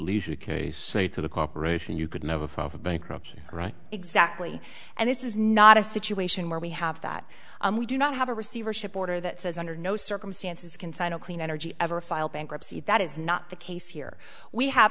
leader case say to the corporation you could never file for bankruptcy right exactly and this is not a situation where we have that we do not have a receivership order that says under no circumstances can sign a clean energy ever file bankruptcy that is not the case here we have